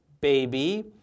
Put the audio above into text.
baby